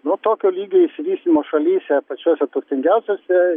nu tokio lygio išsivystymo šalyse pačiose turtingiausiose